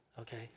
okay